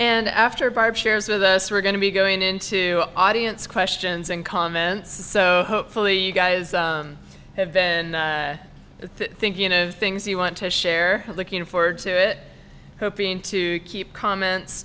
and after barb shares with us we're going to be going into audience questions and comments so hopefully you guys have been thinking of things you want to share looking forward to it hoping to keep comments